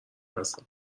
هستم